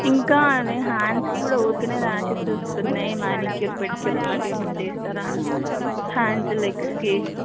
ఇంకా అది హ్యాండ్స్కి కూడా ఊరకనే ర్యాషెష్ వస్తున్నాయి మ్యానిక్యూర్ పెడిక్యూర్ అట్లాంటివి ఏమైనా చేస్తారా అండి హ్యాండ్స్ లెగ్స్కి